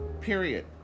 period